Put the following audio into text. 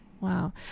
Wow